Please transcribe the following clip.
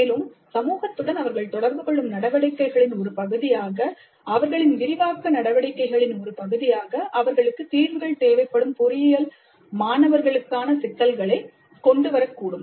மேலும் சமூகத்துடன் அவர்கள் தொடர்பு கொள்ளும் நடவடிக்கைகளின் ஒரு பகுதியாக அவர்களின் விரிவாக்க நடவடிக்கைகளின் ஒரு பகுதியாக அவர்களுக்கு தீர்வுகள் தேவைப்படும் பொறியியல் மாணவர்களுக்கான சிக்கல்களைக் கொண்டு வரக்கூடும்